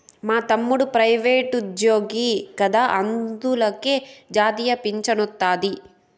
మా తమ్ముడు ప్రైవేటుజ్జోగి కదా అందులకే జాతీయ పింఛనొస్తాది